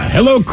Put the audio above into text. Hello